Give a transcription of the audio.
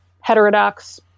heterodox